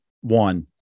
one